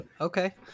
okay